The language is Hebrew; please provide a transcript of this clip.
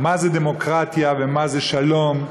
מה זו דמוקרטיה ומה זה שלום,